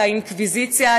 את האינקוויזיציה,